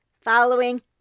following